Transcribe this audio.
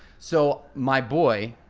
so my boy.